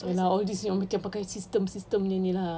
and all these yang kita pakai systems systems ini lah